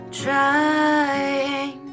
trying